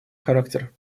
характер